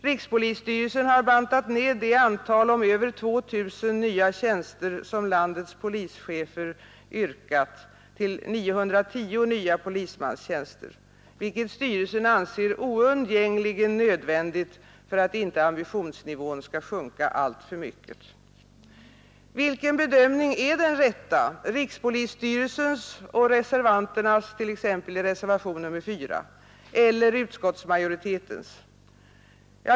Rikspolisstyrelsen har bantat ned det antal om över 2 000 nya tjänster som landets polischefer yrkat, till 910 nya polismannatjänster, vilket styrelsen anser oundgängligen nödvändigt för att inte ambitionsnivån skall sjunka alltför mycket. Vilken bedömning är den rätta — rikspolisstyrelsens och reservanternas, t.ex. i reservation nr 4, eller utskottsmajoritetens?